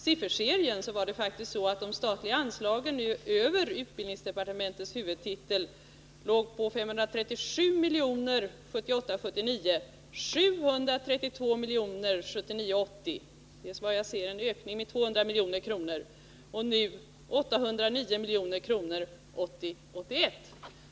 Sifferserien för de statliga anslagen över utbildningsdepartementets huvudtitel visar faktiskt 537 miljoner 1978 80 - det är vad jag ser en ökning med 200 miljoner — och 809 miljoner 1980/81.